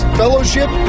fellowship